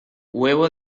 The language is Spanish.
huevo